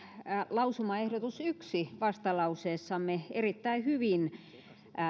lausumaehdotus yksi vastalauseessamme erittäin hyvin